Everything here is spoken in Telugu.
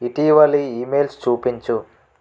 ఇటీవలి ఇమెయిల్స్ చూపించు